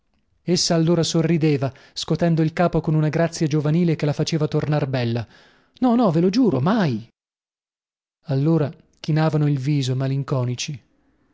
essa allora sorrideva scotendo il capo con una grazia giovanile che la faceva tornar bella no no ve lo giuro mai allora chinavano il viso malinconici